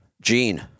Gene